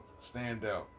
standout